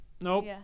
Nope